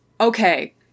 Okay